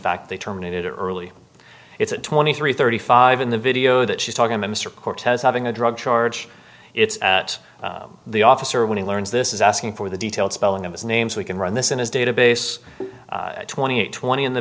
fact they terminated early it's twenty three thirty five in the video that she's talking to mr cortez having a drug charge it's at the officer when he learns this is asking for the details spelling of his names we can run this in his database twenty eight twenty in the